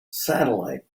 satellite